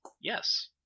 Yes